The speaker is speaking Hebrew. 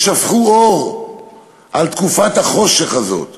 ששפכו אור על תקופת החושך הזאת